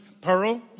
pearl